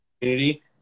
community